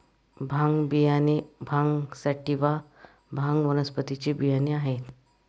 भांग बियाणे भांग सॅटिवा, भांग वनस्पतीचे बियाणे आहेत